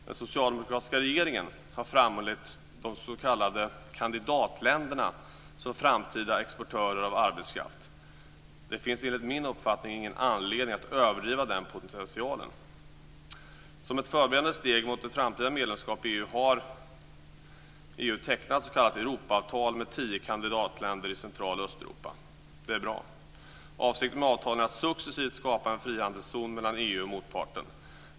Den socialdemokratiska regeringen har framhållit de s.k. kandidatländerna som framtida exportörer av arbetskraft. Det finns enligt min uppfattning ingen anledning att överdriva den potentialen. Som ett förberedande steg mot ett framtida medlemskap i EU har EU tecknat s.k. Europaavtal med tio kandidatländer i Central och Östeuropa. Det är bra. Avsikten med avtalen är att successivt skapa en frihandelszon mellan EU och motparten.